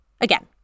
Again